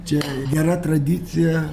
čia nėra tradicija